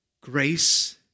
grace